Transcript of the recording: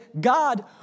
God